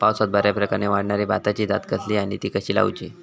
पावसात बऱ्याप्रकारे वाढणारी भाताची जात कसली आणि ती कशी लाऊची?